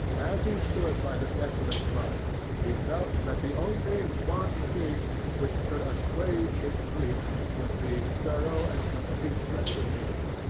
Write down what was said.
as he stood by the desolate fire, he felt that the only one thing which could assuage his grief grief would be thorough and complete retribution,